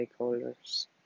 stakeholders